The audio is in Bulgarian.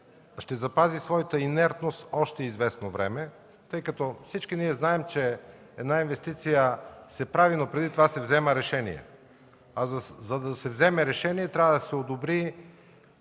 ще запази своята инертност още известно време. Всички знаем, че една инвестиция се прави, но преди това се взема решение. За да се вземе решение трябва да се одобри